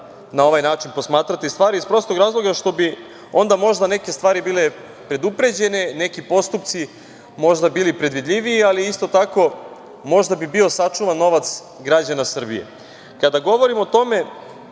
na ovaj način posmatrati stvari iz prostog razloga što bi onda možda neke stvari bile predupređen, neki postupci možda bili predvidljivi, ali isto tako možda bi bio sačuvan novac građana Srbije. Kada govorim o tome,